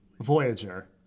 Voyager